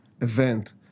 event